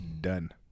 done